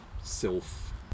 self